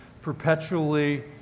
perpetually